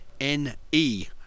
NE